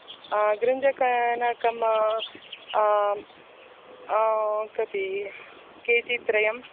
आम् गृञ्जकनकम् आम् आम् कति केजि त्रयं